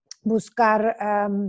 buscar